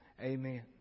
amen